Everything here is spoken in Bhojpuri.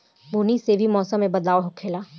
बुनी से भी मौसम मे बदलाव होखेले